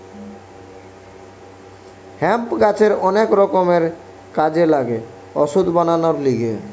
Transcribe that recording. hemp গাছের অনেক রকমের কাজে লাগে ওষুধ বানাবার লিগে